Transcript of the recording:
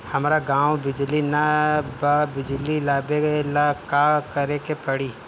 हमरा गॉव बिजली न बा बिजली लाबे ला का करे के पड़ी?